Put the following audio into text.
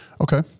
Okay